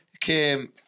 came